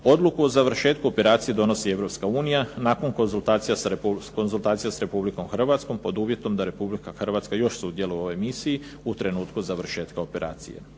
Odluku o završetku operacije donosi Europska unija nakon konzultacija sa Republikom Hrvatskom, pod uvjetom da Republika Hrvatska još sudjeluje u ovoj misiji u trenutku završetka operacije.